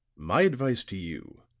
my advice to you,